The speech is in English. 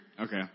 Okay